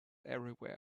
everywhere